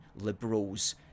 liberals